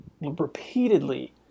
repeatedly